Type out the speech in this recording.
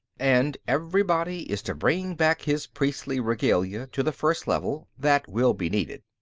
and everybody is to bring back his priestly regalia to the first level that will be needed.